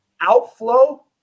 outflow